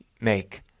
make